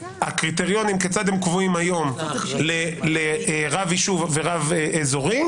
הקריטריונים כיצד הם קבועים היום לרב יישוב ורב אזורי,